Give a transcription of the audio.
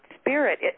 spirit